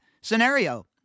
scenario